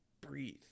Breathe